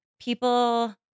people